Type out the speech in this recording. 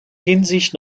hinsicht